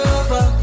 over